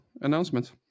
announcement